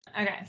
Okay